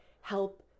help